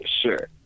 Sure